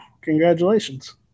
Congratulations